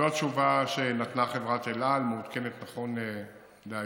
זו התשובה שנתנה חברת אל על, מעודכנת נכון להיום,